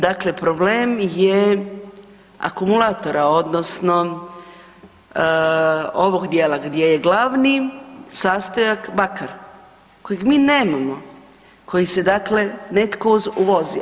Dakle, problem je akumulatora odnosno ovog dijela gdje je glavni sastojak bakar kojeg mi nemamo koji se dakle netko uvozi.